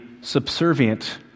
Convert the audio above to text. subservient